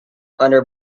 under